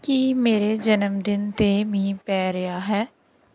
ਕੀ ਮੇਰੇ ਜਨਮਦਿਨ 'ਤੇ ਮੀਂਹ ਪੈ ਰਿਹਾ ਹੈ